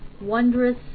wondrous